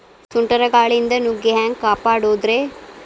ಸುಂಟರ್ ಗಾಳಿಯಿಂದ ನುಗ್ಗಿ ಹ್ಯಾಂಗ ಕಾಪಡೊದ್ರೇ?